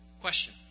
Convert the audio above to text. Question